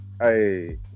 Hey